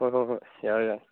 ꯍꯣꯏ ꯍꯣꯏ ꯍꯣꯏ ꯌꯥꯔꯦ ꯌꯥꯔꯦ